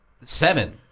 seven